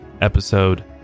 episode